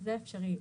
זה אפשרי.